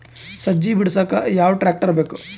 ಸಜ್ಜಿ ಬಿಡಸಕ ಯಾವ್ ಟ್ರ್ಯಾಕ್ಟರ್ ಬೇಕು?